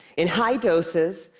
in high doses,